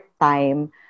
time